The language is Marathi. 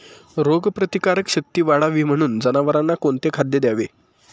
रोगप्रतिकारक शक्ती वाढावी म्हणून जनावरांना कोणते खाद्य द्यावे?